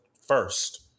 first